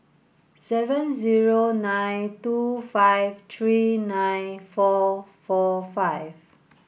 seven zero nine two five three nine four four five